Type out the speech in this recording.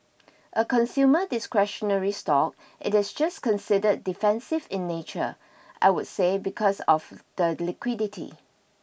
a consumer discretionary stock it is just considered defensive in nature I would say because of the liquidity